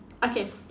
okay